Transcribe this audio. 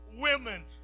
women